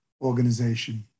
organization